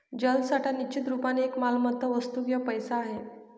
जलसाठा निश्चित रुपाने एक मालमत्ता, वस्तू किंवा पैसा आहे